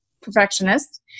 perfectionist